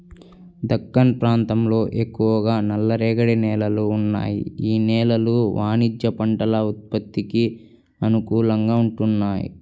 దక్కన్ ప్రాంతంలో ఎక్కువగా నల్లరేగడి నేలలు ఉన్నాయి, యీ నేలలు వాణిజ్య పంటల ఉత్పత్తికి అనుకూలంగా వుంటయ్యి